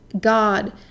God